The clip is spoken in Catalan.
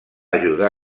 ajudar